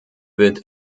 wird